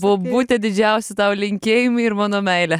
bobute didžiausi tau linkėjimai ir mano meilė